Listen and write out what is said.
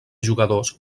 jugadors